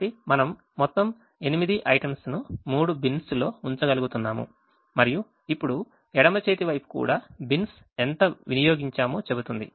కాబట్టి మనము మొత్తం 8 items ను 3బిన్స్ లో ఉంచగలుగుతున్నాము మరియు ఇప్పుడు ఎడమ చేతి వైపు కూడా బిన్స్ ఎంత వినియోగించామో చెబుతుంది